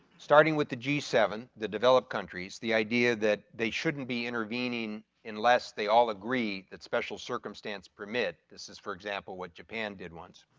starting with the g seven, the developed countries, the idea that they shouldn't be intervening unless they all agree that special circumstance permit, this is for example what japan did once.